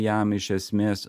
jam iš esmės